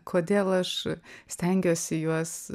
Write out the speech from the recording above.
kodėl aš stengiuosi juos